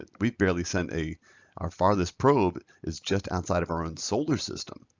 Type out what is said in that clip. ah we've barely sent a our farthest probe is just outside of our own solar system.